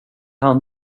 han